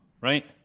right